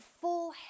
full